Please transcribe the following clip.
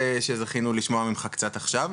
שזכינו לשמוע ממך קצת עכשיו.